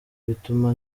bituma